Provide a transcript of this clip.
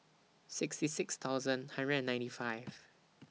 sixty six thousand hundred and ninety five